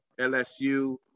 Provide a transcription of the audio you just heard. LSU